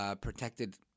protected